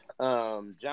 John